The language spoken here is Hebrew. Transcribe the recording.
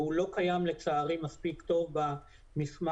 שלא קיים לצערי מספיק טוב במסמך